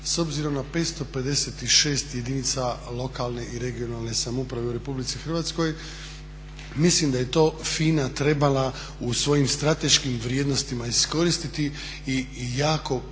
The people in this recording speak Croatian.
s obzirom na 556 jedinica lokalne i regionalne samouprave u Republici Hrvatskoj, mislim da je to FINA trebala u svojim strateškim vrijednostima iskoristiti i jako potencirati